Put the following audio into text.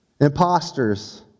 Imposters